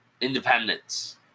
Independence